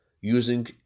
using